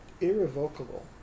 irrevocable